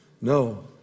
No